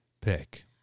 Pick